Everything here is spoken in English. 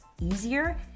easier